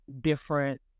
different